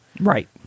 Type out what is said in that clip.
Right